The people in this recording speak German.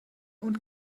und